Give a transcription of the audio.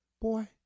Boy